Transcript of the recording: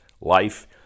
life